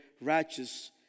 righteous